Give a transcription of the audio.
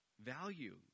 Value